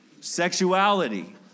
sexuality